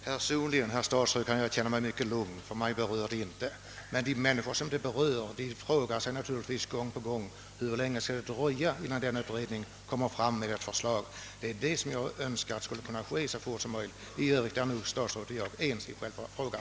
Herr talman! Personligen, herr statsråd, kan jag känna mig mycket lugn, ty mig berör problemet inte. De människor som drabbas frågar sig däremot gång på gång hur länge det skall dröja innan denna utredning lägger fram ett förslag. Det är detta jag önskar skulle kunna ske så fort som möjligt. I övrigt är nog statsrådet och jag ense i själva principfrågan.